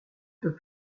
peut